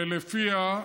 ולפיה: